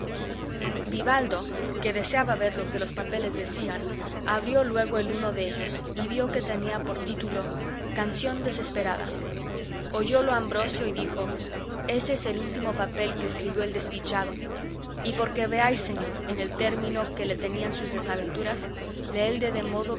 vivaldo que deseaba ver lo que los papeles decían abrió luego el uno dellos y vio que tenía por título canción desesperada oyólo ambrosio y dijo ése es el último papel que escribió el desdichado y porque veáis señor en el término que le tenían sus desventuras leelde de modo